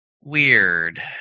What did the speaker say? weird